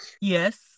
yes